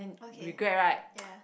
okay ya